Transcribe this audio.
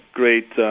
great